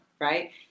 Right